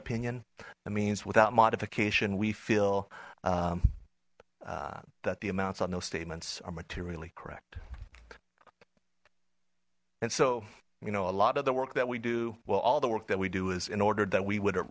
opinion that means without modification we feel that the amounts on those statements are materially correct and so you know a lot of the work that we do well all the work that we do is in order that we would